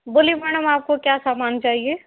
बोलिए मैडम आप को क्या समान चाहिए